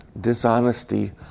dishonesty